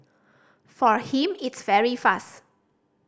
for him it's very fast